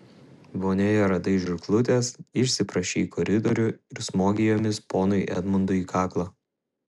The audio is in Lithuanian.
vonioje radai žirklutes išsiprašei į koridorių ir smogei jomis ponui edmundui į kaklą